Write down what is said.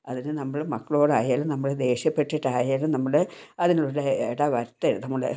അതിന് നമ്മൾ മക്കളോട് ആയാലും നമ്മൾ ദേഷ്യപ്പെട്ടിട്ട് ആയാലും നമ്മുടെ അതിന് ഒരു ഇട വരുത്തരുത് നമ്മൾ